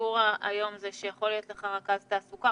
הסיפור היום הוא שיכול להיות לך רכז תעסוקה,